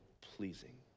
pleasing